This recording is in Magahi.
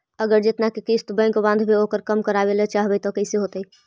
अगर जेतना के किस्त बैक बाँधबे ओकर कम करावे ल चाहबै तब कैसे होतै?